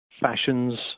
fashions